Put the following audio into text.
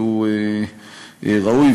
והוא ראוי,